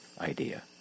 idea